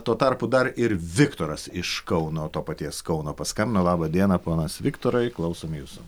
tuo tarpu dar ir viktoras iš kauno to paties kauno paskambino laba diena ponas viktorai klausom jūsų